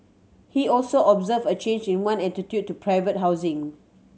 he also observed a change in one attitude to private housing